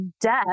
death